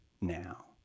now